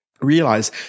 Realize